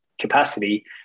capacity